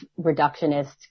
reductionist